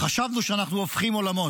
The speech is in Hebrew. חשבנו שאנחנו הופכים עולמות.